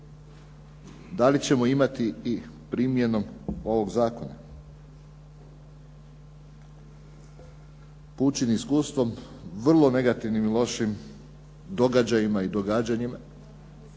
Da li ćemo imati i primjenom ovoga zakona? Poučeni iskustvom, vrlo negativnim i lošim događajima i događanjima